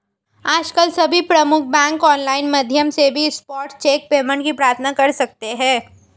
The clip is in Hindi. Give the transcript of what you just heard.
आजकल सभी प्रमुख बैंक ऑनलाइन माध्यम से भी स्पॉट चेक पेमेंट की प्रार्थना कर सकते है